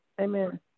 Amen